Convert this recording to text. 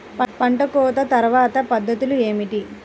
పంట కోత తర్వాత పద్ధతులు ఏమిటి?